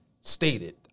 stated